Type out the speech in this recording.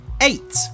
Eight